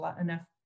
enough